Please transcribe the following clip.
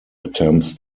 attempts